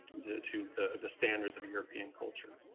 to the the standards of european culture.